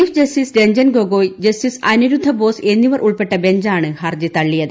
chief justice Ranjan Gogoi justice Aniruddha Bose എന്നിവർ ഉൾപ്പെട്ട ബെഞ്ചാണ് ഹർജി തള്ളിയത്